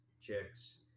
chicks